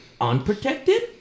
Unprotected